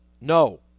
No